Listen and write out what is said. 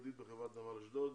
אוכלוסייה ייעודית בחברת נמל אשדוד,